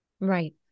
right